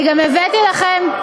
אני גם הבאתי לכם,